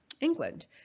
England